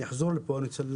אני אחזור לפה בהמשך,